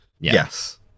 Yes